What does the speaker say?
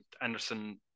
anderson